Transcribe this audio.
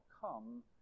come